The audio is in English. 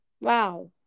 Wow